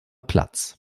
platz